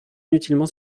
inutilement